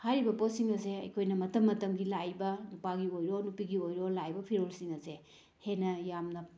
ꯍꯥꯏꯔꯤꯕ ꯄꯣꯠꯁꯤꯡ ꯑꯁꯦ ꯑꯩꯈꯣꯏꯅ ꯃꯇꯝ ꯃꯇꯝꯒꯤ ꯂꯥꯛꯏꯕ ꯅꯨꯄꯥꯒꯤ ꯑꯣꯏꯔꯣ ꯅꯨꯄꯤꯒꯤ ꯑꯣꯏꯔꯣ ꯂꯥꯛꯏꯕ ꯐꯤꯔꯣꯜꯁꯤꯡ ꯑꯁꯦ ꯍꯦꯟꯅ ꯌꯥꯝꯅ